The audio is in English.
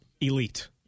elite